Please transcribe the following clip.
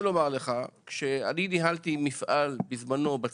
כשאני ניהלתי מפעל בזמנו בצפון,